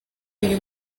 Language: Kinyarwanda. uyu